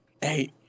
hey